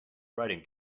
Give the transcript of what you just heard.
writing